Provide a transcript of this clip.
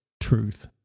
truth